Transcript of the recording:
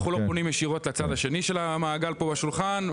אנחנו לא פונים ישירות לצד השני של המעגל פה בשולחן.